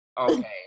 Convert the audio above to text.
Okay